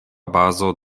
bazo